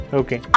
okay